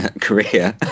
career